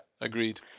Agreed